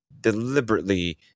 deliberately